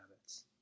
habits